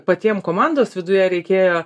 patiem komandos viduje reikėjo